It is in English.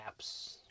apps